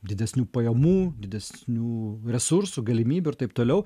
didesnių pajamų didesnių resursų galimybių ir taip toliau